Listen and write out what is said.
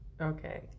Okay